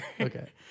Okay